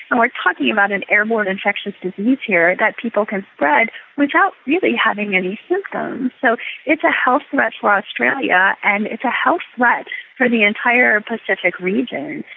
and we're talking about an airborne infectious disease here that people can spread without really having any symptoms. so it's a health threat for australia, and it's a health threat for the entire pacific region.